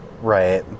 Right